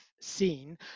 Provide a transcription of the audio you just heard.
seen